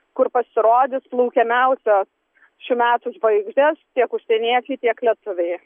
kur pasirodys laukiamiausios šių metų žvaigždės tiek užsieniečiai tiek lietuviai